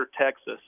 Texas